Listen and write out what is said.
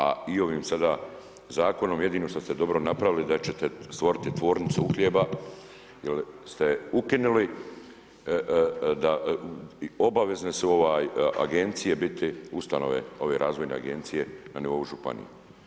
A i ovim sada zakonom jedino što ste dobro napravljeni da ćete stvoriti tvornicu uhljeba jer ste ukinuli i obavezne su agencije biti ustanove ove razvojne agencije na nivou županije.